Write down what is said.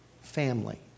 Family